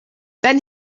then